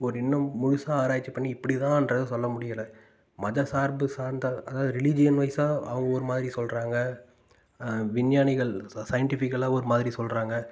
ஒரு இன்னும் முழுசாக ஆராய்ச்சி பண்ணி இப்படி தான்றது சொல்ல முடியலை மதம் சார்பு சார்ந்த அதாவது ரிலீஜியன் வைசாக அவங்க ஒரு மாதிரி சொல்கிறாங்க விஞ்ஞானிகள் சயின்டிஃபிக்களாக ஒரு மாதிரி சொல்கிறாங்க